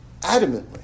Adamantly